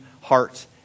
heart